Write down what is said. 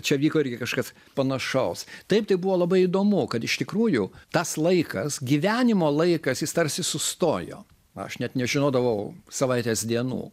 čia vyko irgi kažkas panašaus taip tai buvo labai įdomu kad iš tikrųjų tas laikas gyvenimo laikas jis tarsi sustojo aš net nežinodavau savaitės dienų